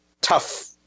tough